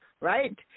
right